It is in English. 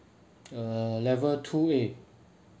err level two A